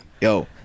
yo